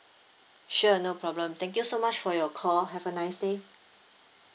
sure no problem thank you so much for your call have a nice day